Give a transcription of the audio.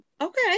okay